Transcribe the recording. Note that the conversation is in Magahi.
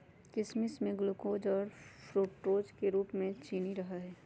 किशमिश में ग्लूकोज और फ्रुक्टोज के रूप में चीनी रहा हई